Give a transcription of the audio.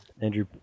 Andrew